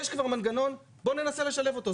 יש כבר מנגנון, אז בואו ננסה לשלב אותו.